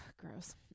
gross